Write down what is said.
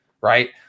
right